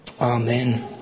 Amen